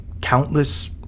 countless